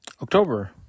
October